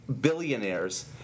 billionaires